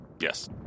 Yes